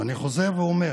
אני חוזר ואומר